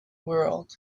world